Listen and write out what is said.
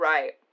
Right